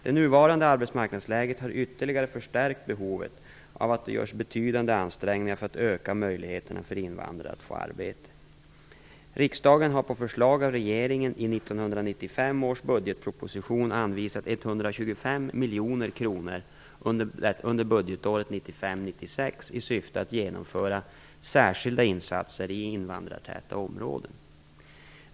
Det nuvarande arbetsmarknadsläget har ytterligare förstärkt behovet av att det görs betydande ansträngningar för att öka möjligheterna för invandrare att få arbete. Riksdagen har på förslag av regeringen i 1995 års budgetproposition anvisat 125 miljoner kronor under budgetåret 1995/96 i syfte att genomföra särskilda insatser i invandrartäta områden.